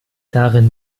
darin